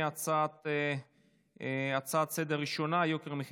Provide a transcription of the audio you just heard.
ההצעה עברה בקריאה ראשונה ותועבר להכנה